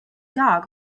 dog